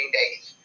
days